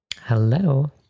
Hello